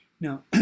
Now